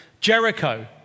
Jericho